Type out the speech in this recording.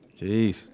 Jeez